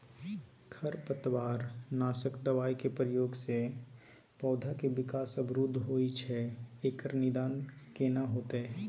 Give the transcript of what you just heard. खरपतवार नासक दबाय के प्रयोग स पौधा के विकास अवरुध होय छैय एकर निदान केना होतय?